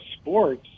sports